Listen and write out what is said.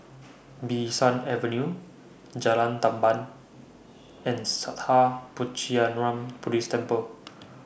Bee San Avenue Jalan Tamban and Sattha Puchaniyaram Buddhist Temple